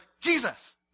Jesus